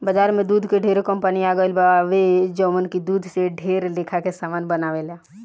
बाजार में दूध के ढेरे कंपनी आ गईल बावे जवन की दूध से ढेर लेखा के सामान बनावेले